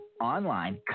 online